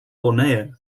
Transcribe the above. borneo